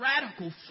radical